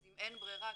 אז אם אין ברירה,